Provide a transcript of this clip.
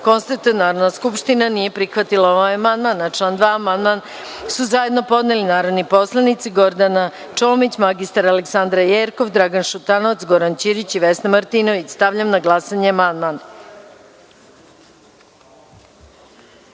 da Narodna skupština nije prihvatila ovaj amandman. Na član 2. amandman su zajedno podneli narodni poslanici Gordana Čomić, mr Aleksandra Jerkov, Dragan Šutanovac, Goran Ćirić i Vesna Martinović. Stavljam na glasanje amandman. Molim